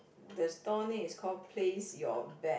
the store name is called place your bet